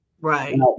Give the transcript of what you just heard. Right